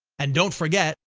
and don't forget,